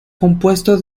compuesto